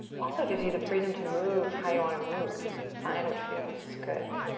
also, it gives you the freedom to move how you want to move. find what feels good.